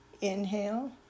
Inhale